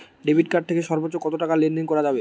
Debit card থেকে সর্বোচ্চ কত টাকা লেনদেন করা যাবে?